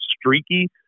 streaky